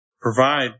Provide